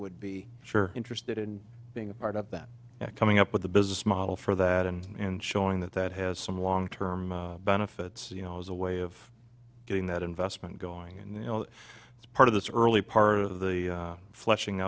would be sure interested in being a part of that coming up with a business model for that and showing that that has some long term benefits you know as a way of getting that investment going and you know it's part of the early part of the fleshing